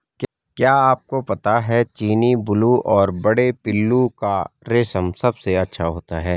क्या आपको पता है चीनी, बूलू और बड़े पिल्लू का रेशम सबसे अच्छा होता है?